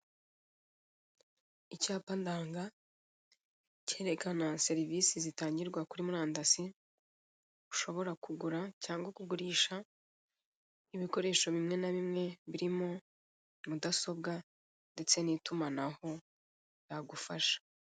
Icyapa ndanga cyerekana serivisi zitangirwa kuri murandasi, ushobora kugura cyangwa kugurisha ibikoresho bimwe na bimwe birimo mudasobwa ndetse n'itumanaho yagufasha.